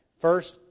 First